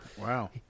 wow